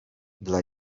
dla